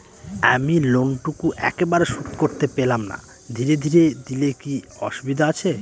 আমি লোনটুকু একবারে শোধ করতে পেলাম না ধীরে ধীরে দিলে কি অসুবিধে আছে?